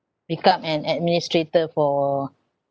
become an administrator for